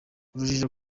urujijo